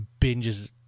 binges